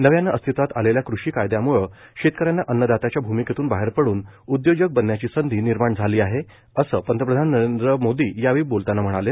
नव्यानं अस्तित्वात आलेल्या कृषी कायद्यांम्ळं शेतकऱ्यांना अन्नदात्याच्या भूमिकेतून बाहेर पड्रन उदयोजक बनण्याची संधी निर्माण झाली आहे असं पंतप्रधान नरेंद्र मोदी यांनी यावेळी बोलतांना सांगितलं